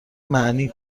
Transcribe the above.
معنی